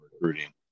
recruiting